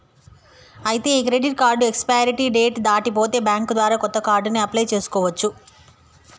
ఐతే ఈ credit card expiry date దాటి పోతే బ్యాంక్ ద్వారా కొత్త కార్డుని అప్లయ్ చేసుకోవచ్చు